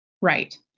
Right